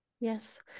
Yes